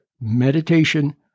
meditation